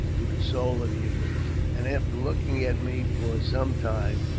to the sole of yer boots and after looking at me for some time,